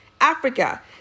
Africa